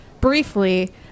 briefly